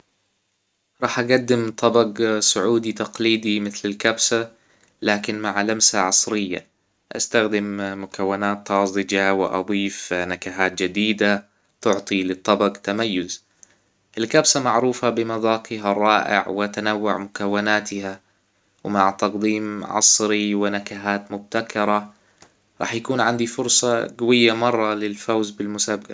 راح اجدم طبق سعودي تقليدي مثل الكبسة لكن مع لمسة عصرية استخدم مكونات طازجة واضيف نكهات جديدة تعطي للطبق تميز الكبسة معروفة بمذاقها الرائع وتنوع مكوناتها ومع تقديم عصري ونكهات مبتكرة راح يكون عندي فرصة جوية مرة للفوز بالمسابقة